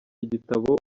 igitabo